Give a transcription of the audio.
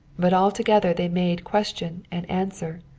but altogether they made question and answer,